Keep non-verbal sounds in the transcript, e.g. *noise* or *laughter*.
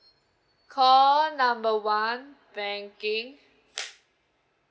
call number one banking *noise*